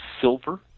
silver